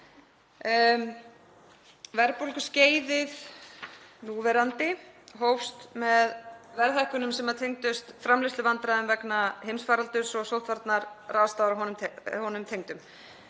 Verðbólguskeiðið núverandi hófst með verðhækkunum sem tengdust framleiðsluvandræðum vegna heimsfaraldurs og sóttvarnaráðstafana honum tengdum,